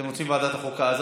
ועדת החוקה,